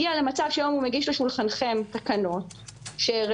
הגיע למצב שהיום הוא מגיש לשולחנכם תקנות שראשית,